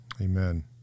Amen